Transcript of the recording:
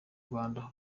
rwanda